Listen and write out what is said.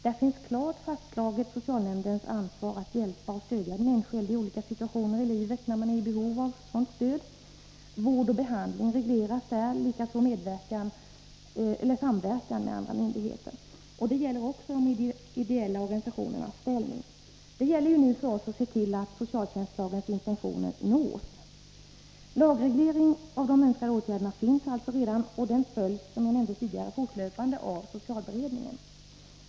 Där finns klart fastslaget socialnämndens ansvar att hjälpa och stödja den enskilde i olika situationer i livet när han eller hon är i behov av sådant stöd. Vård och behandling regleras i denna lag, likaså samverkan med andra myndigheter. Detta gäller också de ideella organisationernas ställning. Det gäller för oss att se till att socialtjänstlagens intentioner nås. Lagreglering av de önskade åtgärderna finns alltså redan, och den följs, som jag nämnde tidigare, fortlöpande av socialberedningen.